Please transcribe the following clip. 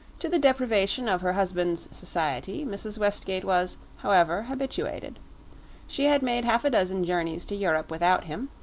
to the deprivation of her husband's society mrs. westgate was, however, habituated she had made half a dozen journeys to europe without him,